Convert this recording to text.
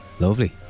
Lovely